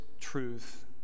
truth